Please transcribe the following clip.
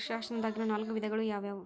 ವರ್ಷಾಶನದಾಗಿರೊ ನಾಲ್ಕು ವಿಧಗಳು ಯಾವ್ಯಾವು?